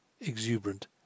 exuberant